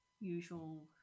usual